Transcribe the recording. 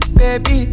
baby